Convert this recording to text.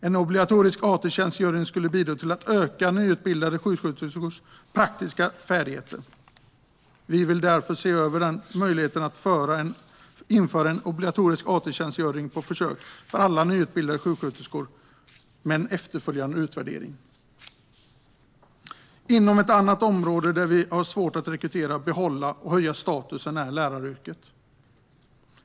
En obligatorisk allmäntjänstgöring skulle bidra till att öka nyutbildade sjuksköterskors praktiska färdigheter. Vi vill därför se över möjligheten att på försök införa en obligatorisk allmäntjänstgöring för alla nyutbildade sjuksköterskor med efterföljande utvärdering. Ett annat område där vi har svårt att rekrytera och behålla personal och höja statusen är läraryrket.